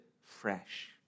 fresh